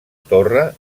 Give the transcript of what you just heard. torre